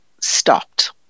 stopped